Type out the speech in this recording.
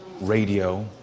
Radio